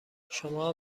شما